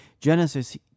Genesis